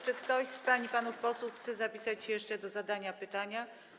Czy ktoś z pań i panów posłów chce zapisać się jeszcze do zadania pytania?